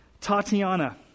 Tatiana